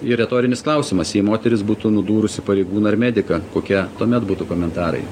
ir retorinis klausimas jei moteris būtų nudūrusi pareigūną ar mediką kokie tuomet būtų komentarai